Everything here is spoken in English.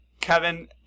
Kevin